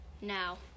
now